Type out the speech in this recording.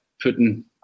putting